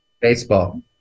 Baseball